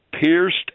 pierced